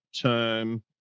term